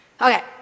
Okay